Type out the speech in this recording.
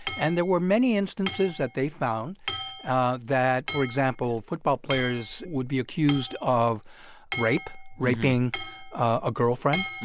and there were many instances that they found that, for example, football players would be accused of rape raping a girlfriend.